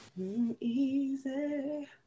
Easy